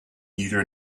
user